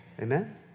Amen